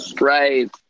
Right